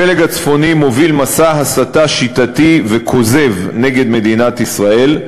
הפלג הצפוני מוביל מסע הסתה שיטתי וכוזב נגד מדינת ישראל,